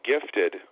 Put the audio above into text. gifted